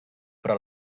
però